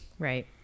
Right